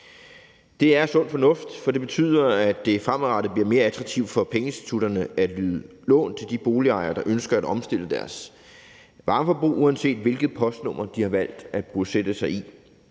Det er sund fornuft, for det betyder, at det fremadrettet bliver mere attraktivt for pengeinstitutterne at yde lån til de boligejere, der ønsker at omstille deres varmeforbrug, uanset hvilket postnummer de har valgt at bosætte sig i.